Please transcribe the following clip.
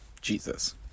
Jesus